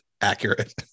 accurate